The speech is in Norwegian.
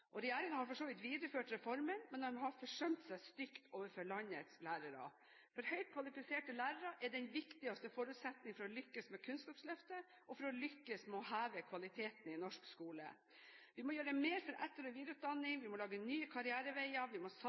har for så vidt videreført reformen, men har forsømt seg stygt overfor landets lærere. For høyt kvalifiserte lærere er den viktigste forutsetningen for å lykkes med Kunnskapsløftet og for å lykkes med å heve kvaliteten i norsk skole. Vi må gjøre mer for etter- og videreutdanning, vi må lage nye karriereveier, vi må satse